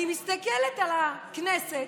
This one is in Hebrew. אני מסתכלת על הכנסת,